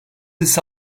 ise